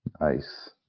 Nice